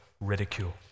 ridicule